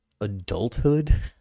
adulthood